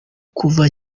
kuva